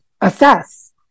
assess